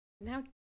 now